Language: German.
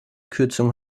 kürzung